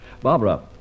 Barbara